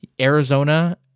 Arizona